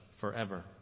forever